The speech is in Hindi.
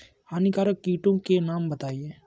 हानिकारक कीटों के नाम बताएँ?